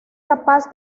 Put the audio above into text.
capaz